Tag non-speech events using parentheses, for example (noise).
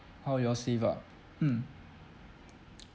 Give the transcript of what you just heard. how you all save up mm (noise)